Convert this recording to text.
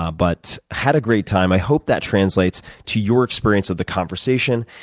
i but had a great time. i hope that translates to your experience with the conversation.